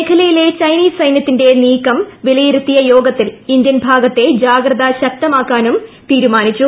മേഖലയിലെ ചൈനീസ് സൈന്യത്തിന്റെ നീക്കം വില യിരുത്തിയ യോഗത്തിൽ ഇന്ത്യൻ ഭാഗത്തെ ജാഗ്രത ശക്ത മാക്കാനും തീരുമാനിച്ചു